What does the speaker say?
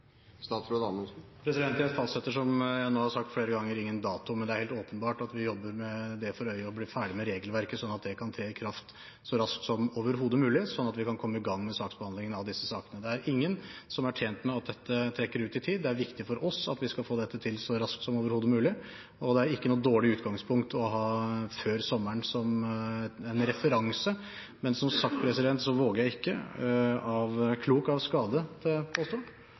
Jeg fastsetter, som jeg nå har sagt flere ganger, ingen dato, men det er helt åpenbart at vi jobber med det for øye å bli ferdig med regelverket, slik at det kan tre i kraft så raskt som overhodet mulig, og slik at vi kan komme i gang med saksbehandlingen av disse sakene. Det er ingen som er tjent med at dette trekker ut i tid. Det er viktig for oss å få dette til så raskt som overhodet mulig, og det er ikke noe dårlig utgangspunkt å ha før sommeren som en referanse. Som sagt så våger jeg ikke – klok av skade, tør jeg påstå